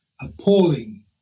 appalling